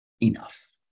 enough